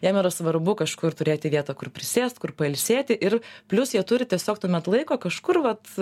jiem yra svarbu kažkur turėti vietą kur prisėst kur pailsėti ir plius jie turi tiesiog tuomet laiko kažkur vat